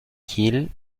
hill